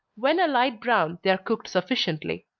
when a light brown, they are cooked sufficiently.